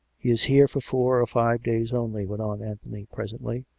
he is here for four or five days only, went on anthony presently,